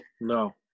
no